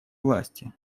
власти